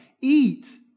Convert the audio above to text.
eat